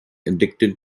addicted